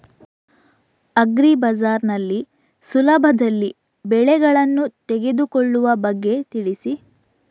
agri Bazaar ನಲ್ಲಿ ಸುಲಭದಲ್ಲಿ ಬೆಳೆಗಳನ್ನು ತೆಗೆದುಕೊಳ್ಳುವ ಬಗ್ಗೆ ತಿಳಿಸಿ